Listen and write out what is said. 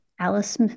Alice